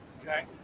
okay